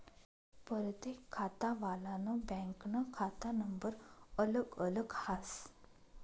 परतेक खातावालानं बँकनं खाता नंबर अलग अलग हास